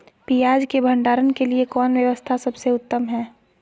पियाज़ के भंडारण के लिए कौन व्यवस्था सबसे उत्तम है?